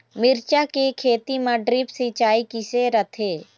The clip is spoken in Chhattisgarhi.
मिरचा के खेती म ड्रिप सिचाई किसे रथे?